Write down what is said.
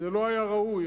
זה לא היה ראוי,